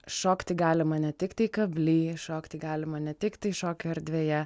šokti galima ne tik tai kablį šokti galima ne tik tai šokio erdvėje